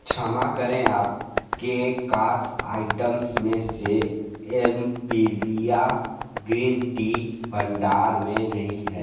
क्षमा करें आपके कार्ट आइटम्स में से एम्पिरिआ ग्रीन टी भंडार में नहीं है